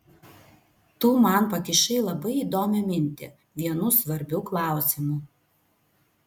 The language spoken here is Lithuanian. tu man pakišai labai įdomią mintį vienu svarbiu klausimu